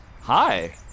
hi